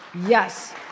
yes